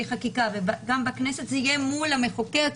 חקיקה וגם בכנסת זה יהיה מול המחוקק,